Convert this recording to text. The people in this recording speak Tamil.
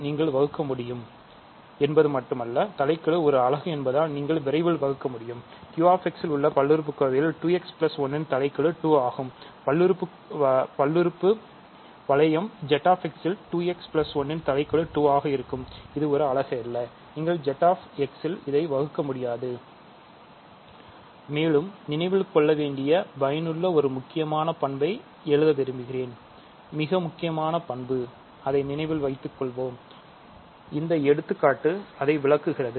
நீங்கள் Z x இல் வகுக்க முடியாது மேலும் நினைவில் கொள்ள வேண்டிய பயனுள்ள ஒரு முக்கியமான பண்பை எழுத விரும்புகிறேன் மிக முக்கியமான பண்பு அதை நினைவில் வைத்துக்கொள்வோம் இந்த எடுத்துக்காட்டு இதை விளக்குகிறது